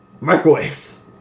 microwaves